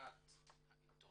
בהחזקת העיתון?